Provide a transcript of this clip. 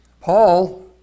Paul